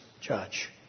judge